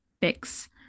fix